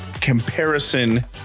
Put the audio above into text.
comparison